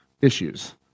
issues